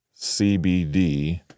CBD